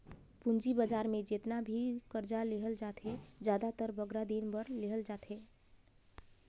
पूंजी बजार में जेतना भी करजा लेहल जाथे, जादातर बगरा दिन बर लेहल जाथे